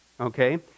okay